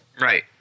right